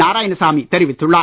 நாராயணசாமி தெரிவித்துள்ளார்